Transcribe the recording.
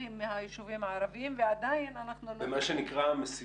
ושטחים מהישובים הערביים ועדיין --- במסילה